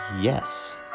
Yes